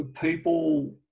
people